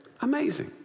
Amazing